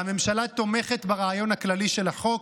והממשלה תומכת ברעיון הכללי של החוק.